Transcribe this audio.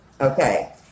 Okay